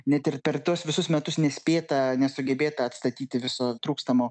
net ir per tuos visus metus nespėta nesugebėta atstatyti viso trūkstamo